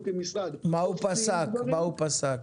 מה הוא פסק.